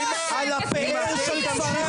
אם אתם ממשיכים עם הדבר הזה,